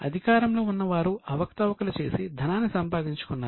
అధికారంలో ఉన్నవారు అవకతవకలు చేసి ధనాన్ని సంపాదించుకున్నారు